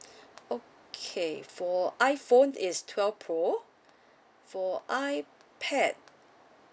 okay for iphone is twelve pro for ipad